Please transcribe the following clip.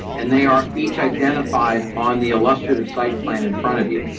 and they are each identified on the illustrative site plan in front of you.